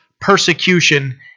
persecution